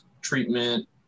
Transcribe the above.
treatment